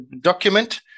document